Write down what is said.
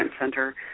Center